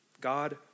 God